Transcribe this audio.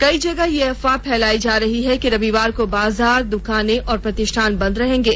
कई जगह यह अफवाह फेलाई जा रही है कि रविवार को बाजार द्वकानें और प्रतिष्ठान बंद रहेंगे